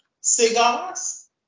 cigars